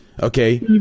Okay